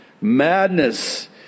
Madness